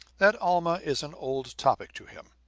that alma is an old topic to him.